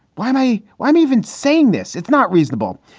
why am i. why i'm even saying this. it's not reasonable.